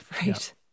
Right